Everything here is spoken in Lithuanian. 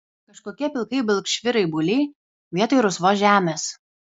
kažkokie pilkai balkšvi raibuliai vietoj rusvos žemės